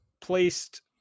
placed